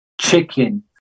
chicken